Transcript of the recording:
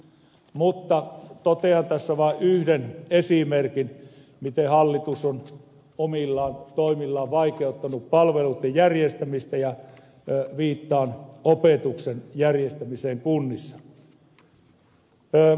mutta totean tässä vain yhden esimerkin siitä miten hallitus on omilla toimillaan vaikeuttanut palveluitten järjestämistä ja viittaan opetuksen järjestämiseen kunnissa